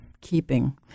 keeping